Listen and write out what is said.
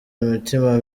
imitima